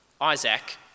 Isaac